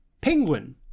penguin